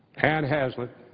ann haslet,